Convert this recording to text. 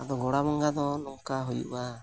ᱟᱫᱚ ᱜᱳᱲᱟ ᱵᱚᱸᱜᱟ ᱫᱚ ᱱᱚᱝᱠᱟ ᱦᱩᱭᱩᱜᱼᱟ